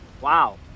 Wow